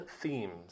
themes